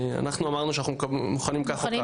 אנחנו אמרנו שאנחנו מוכנים כך או כך.